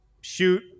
Shoot